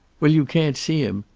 well, you can't see him.